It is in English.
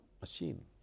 machine